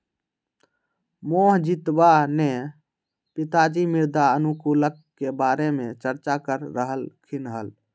मोहजीतवा के पिताजी मृदा अनुकूलक के बारे में चर्चा कर रहल खिन हल